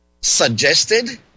suggested